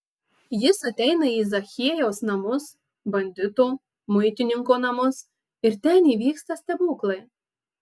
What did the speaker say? jis ateina į zachiejaus namus bandito muitininko namus ir ten įvyksta stebuklai